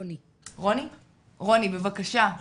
רוני, בבקשה.